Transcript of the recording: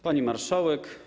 Pani Marszałek!